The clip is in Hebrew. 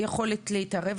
יכולת להתערב,